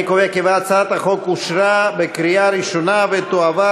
אני קובע כי הצעת החוק אושרה בקריאה ראשונה ותועבר